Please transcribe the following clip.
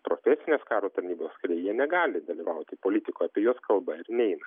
profesinės karo tarnybos kariai jie negali dalyvauti politikoje apie juos kalba ir neina